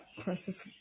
process